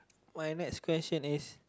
my next question is